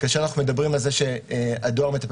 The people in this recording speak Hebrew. כאשר אנחנו מדברים על זה שהדואר מטפל